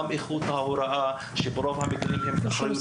גם איכות צוותי ההוראה שברוב המקרים הם באחריות